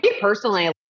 personally